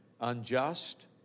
unjust